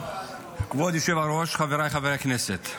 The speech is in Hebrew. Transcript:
היושבת-ראש, חבריי חברי הכנסת,